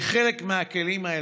שחלק מהכלים האלה,